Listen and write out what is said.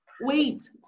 wait